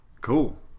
Cool